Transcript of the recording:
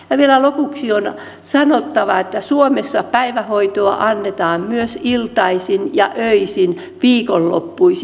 ja vielä lopuksi on sanottava että suomessa päivähoitoa annetaan myös iltaisin ja öisin viikonloppuisin